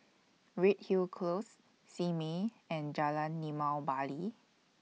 Redhill Close Simei and Jalan Limau Bali